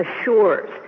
assures